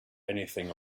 anything